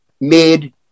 mid